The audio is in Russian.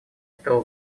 этого